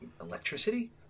electricity